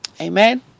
Amen